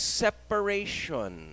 separation